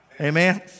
Amen